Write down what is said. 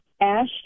Ash